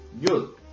Good